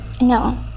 No